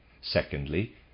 secondly